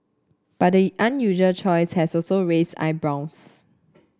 but the unusual choice has also raised eyebrows